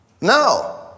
No